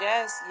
Yes